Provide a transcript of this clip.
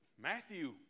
Matthew